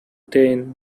ten